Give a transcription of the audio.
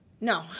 No